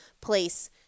place